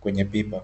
kwenye pipa.